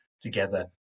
together